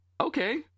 okay